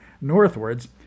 northwards